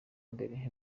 mbere